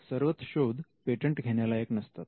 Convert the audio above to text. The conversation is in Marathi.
सर्वच शोध पेटंट घेण्या लायक नसतात